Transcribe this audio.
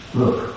look